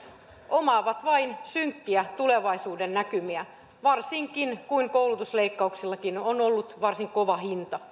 omaavat vain synkkiä tulevaisuudennäkymiä varsinkin kun koulutusleikkauksillakin on ollut varsin kova hinta hallitus